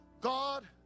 god